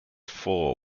four